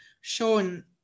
shown